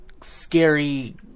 scary